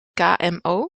kmo